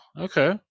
Okay